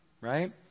right